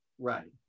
Right